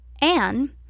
Anne